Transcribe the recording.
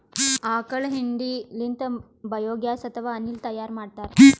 ಆಕಳ್ ಹೆಂಡಿ ಲಿಂತ್ ಬಯೋಗ್ಯಾಸ್ ಅಥವಾ ಅನಿಲ್ ತೈಯಾರ್ ಮಾಡ್ತಾರ್